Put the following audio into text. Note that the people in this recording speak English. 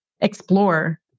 explore